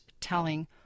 telling